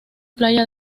playa